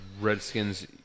Redskins